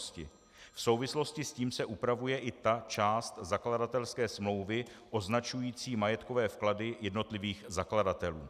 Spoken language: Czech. V souvislosti s tím se upravuje i ta část zakladatelské smlouvy označující majetkové vklady jednotlivých zakladatelů.